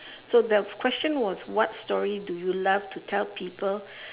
so the question was what story do you love to tell people